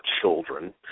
children